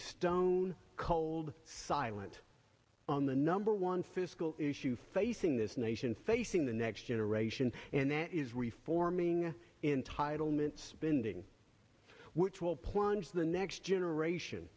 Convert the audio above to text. stone cold silent on the number one fiscal issue facing this nation facing the next generation and that is reforming entitlements spending which will plunge the next generation